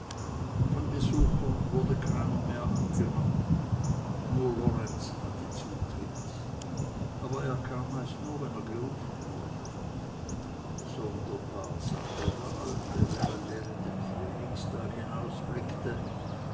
von besuchern wurde keiner mehr angenommen und nur lorenzen hatte zutritt aber er kam meist nur wenn er gerufen wurde sonderbar sagte der alte während er in den frühlingstag